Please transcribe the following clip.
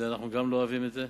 גם אנחנו לא אוהבים את זה,